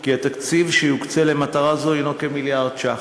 כי התקציב שיוקצה למטרה זו הנו כמיליארד שקל,